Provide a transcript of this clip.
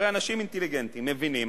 הרי הם באמת אנשים אינטליגנטים, מבינים.